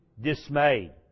dismayed